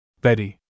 Betty